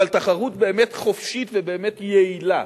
אבל תחרות באמת חופשית ובאמת יעילה.